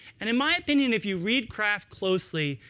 and in my opinion, if you read craft closely,